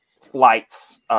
flights